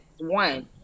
One